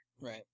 Right